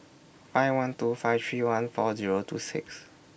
five one two five three one four Zero two six